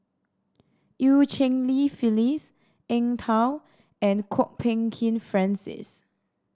Eu Cheng Li Phyllis Eng Tow and Kwok Peng Kin Francis